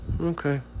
Okay